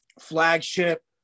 flagship